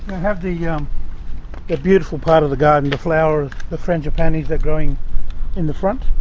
have the yeah the beautiful part of the garden, the flowers, the frangipanis are growing in the front,